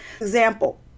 example